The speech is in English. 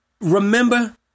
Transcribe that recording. remember